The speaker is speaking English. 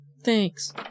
thanks